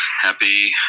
Happy